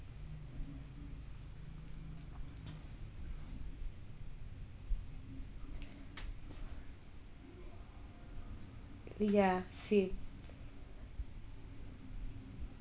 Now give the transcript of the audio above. ya same